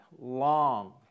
long